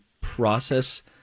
process